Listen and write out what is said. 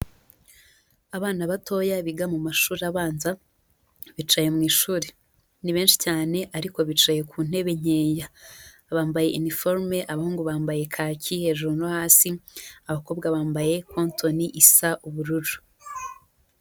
Abana batoya biga mu mashuri abanza bicaye mu ishuri, ni benshi cyane ariko bicaye ku ntebe nkeya, bambaye uniform abahungu bambaye kaki hejuru no hasi, abakobwa bambaye cotton isa ubururu.